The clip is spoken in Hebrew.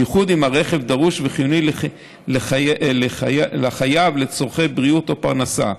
בייחוד אם הרכב דרוש וחיוני לחייב לצורכי בריאות או פרנסה,